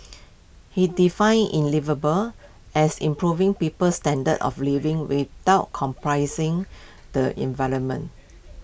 he defined in liveable as improving people's standards of living without comprising the environment